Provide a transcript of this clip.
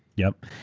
yup.